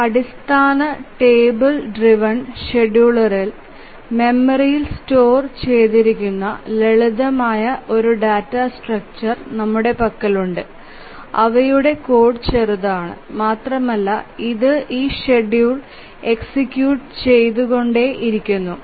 ഒരു അടിസ്ഥാന table driven ഷെഡ്യൂളറിൽ മെമ്മറിയിൽ സ്റ്റോർ ചെയ്തിരിക്കുന്ന ലളിതമായ ഒരു ഡാറ്റാ സ്ട്രക്ടർ നമ്മുടെ പക്കലുണ്ട് അവയുടെ കോഡ് ചെറുതാണ് മാത്രമല്ല ഇത് ഈ ഷെഡ്യൂൾ എക്സിക്യൂട്ട് ചെയ്തുകൊണ്ടേ ഇരിക്കുന്നു